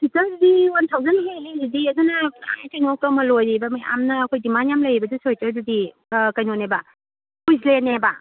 ꯈꯤꯇꯪꯗꯤ one thousand ꯍꯦꯜꯂꯦ ꯍꯧꯖꯤꯛꯇꯤ ꯑꯗꯨꯅ ꯄꯨꯔꯥ ꯀꯩꯅꯣ ꯀꯃꯟ ꯑꯣꯏꯔꯦꯕ ꯃꯌꯥꯝꯅ ꯑꯩꯈꯣꯏ ꯗꯤꯃꯥꯟ ꯌꯥꯝ ꯂꯩꯌꯦꯕ ꯑꯗꯨ ꯁ꯭ꯋꯦꯇꯔꯗꯨꯗꯤ ꯀꯩꯅꯣꯅꯦꯕ